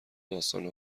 داستان